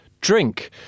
drink